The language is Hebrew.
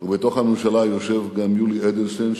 ובתוך הממשלה יושב גם יולי אדלשטיין,